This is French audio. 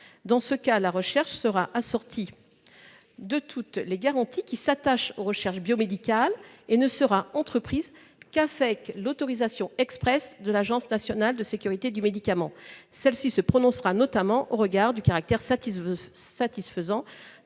Dans ce cas, la recherche sera assortie de toutes les garanties qui s'attachent aux recherches biomédicales et ne sera entreprise qu'avec l'autorisation expresse de l'Agence nationale de sécurité du médicament et des produits de santé. Celle-ci se prononcera notamment au regard du caractère satisfaisant